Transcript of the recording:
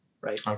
right